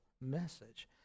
message